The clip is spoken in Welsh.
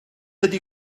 ydy